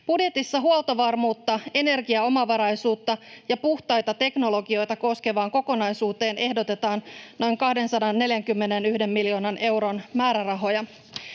Budjetissa huoltovarmuutta, energiaomavaraisuutta ja puhtaita teknologioita koskevaan kokonaisuuteen ehdotetaan noin 241 miljoonan euron määrärahoja.